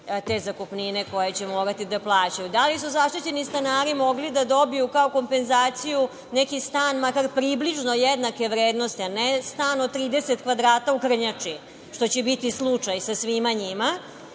te zakupnine koje će morati da plaćaju? Da li su zaštićeni stanari mogli da dobiju kao kompenzaciju neki stan makar približno jednake vrednosti, a ne stan od 30 kvadrata u Krnjači, što će biti slučaj sa svima njima?